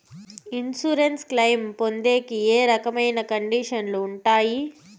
Insurance claim పొందేకి ఏ రకమైన కండిషన్లు ఉంటాయి?